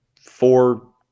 four